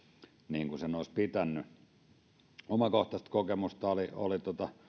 niin kuin sen olisi pitänyt omakohtaista kokemusta oli